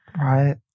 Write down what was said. Right